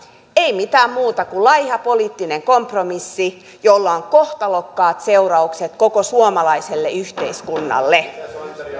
ei mitään muuta kuin laiha poliittinen kompromissi jolla on kohtalokkaat seuraukset koko suomalaiselle yhteiskunnalle